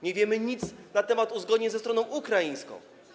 Nie wiemy nic na temat uzgodnień ze stroną ukraińską.